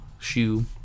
shoe